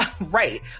Right